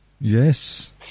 yes